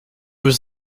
was